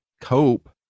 cope